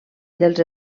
dels